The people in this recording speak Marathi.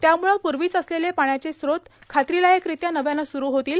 त्यामूळं पूर्वीच असलेले पाण्याचे स्रोत खात्रीलायकरीत्या नव्यानं स्रु होतील